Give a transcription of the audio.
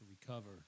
recover